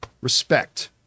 respect